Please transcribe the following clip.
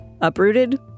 uprooted